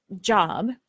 job